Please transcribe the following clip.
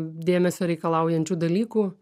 dėmesio reikalaujančių dalykų